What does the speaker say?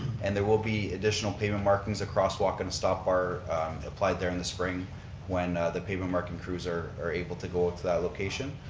and there will be additional pavement markings, a crosswalk and a stop bar applied there in the spring when the pavement marking crews are are able to go into that location.